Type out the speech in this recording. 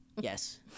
Yes